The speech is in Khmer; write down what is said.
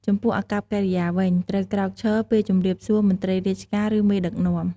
ចំពោះអាកប្បកិរិយាវិញ ត្រូវក្រោកឈរ ពេលជម្រាបសួរមន្រ្តីរាជការ ឫមេដឹកនាំ។